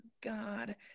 God